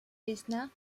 besnard